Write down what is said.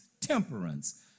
temperance